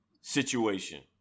situation